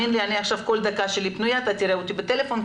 וכל דקה פנויה שלי עכשיו אנצל לדבר אתם בטלפון,